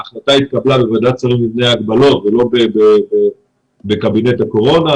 ההחלטה התקבלה בוועדת שרים ולא בקבינט הקורונה.